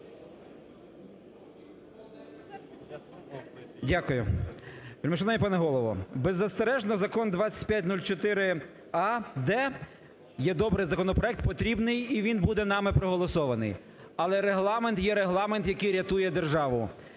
Дякую. Вельмишановний пане Голово, беззастережно Закон 2504а-д є добрий законопроект, потрібний, і він буде нами проголосований. Але Регламент є Регламент, який рятує державу.